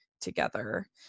together